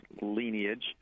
lineage